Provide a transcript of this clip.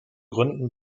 gründen